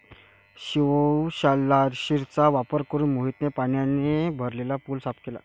शिवलाशिरचा वापर करून मोहितने पाण्याने भरलेला पूल साफ केला